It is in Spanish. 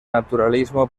naturalismo